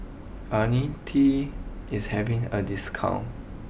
Ionil T is having a discount